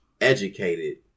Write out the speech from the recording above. educated